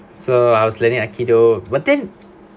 so I was learning aikido but then